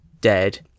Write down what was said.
dead